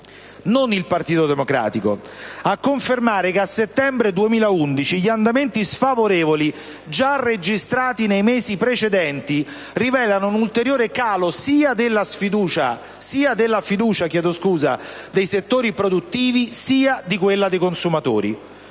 non il Partito Democratico, a confermare che a settembre 2011 gli andamenti sfavorevoli già registrati nei mesi precedenti rivelano un ulteriore calo sia della fiducia dei settori produttivi sia di quella dei consumatori.